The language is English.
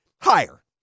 Higher